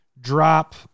drop